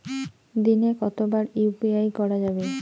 দিনে কতবার ইউ.পি.আই করা যাবে?